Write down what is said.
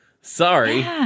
Sorry